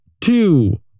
two